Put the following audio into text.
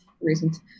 reasons